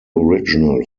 original